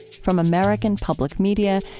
from american public media,